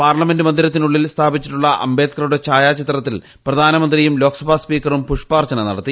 parliament മന്ദിരത്തിന് ഉള്ളിൽ സ്ഥാപിച്ചിട്ടുള്ള അംബേദ്ക്കറുടെ ഛായാ ചിത്രത്തിൽ പ്രധാന മന്ത്രിയും ലോക്സഭാ സ്പീക്കറും പുഷ്പ്പാർച്ചന നടത്തി